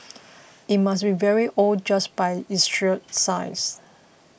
it must be very old just by its sheer size